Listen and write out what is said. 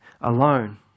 alone